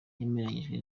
yemeranyijwe